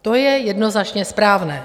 To je jednoznačně správné.